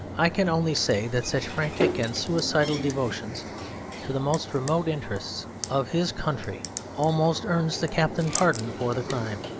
i can only say that such frantic and suicidal devotion to the most remote interests of his country almost earns the captain pardon for the crime.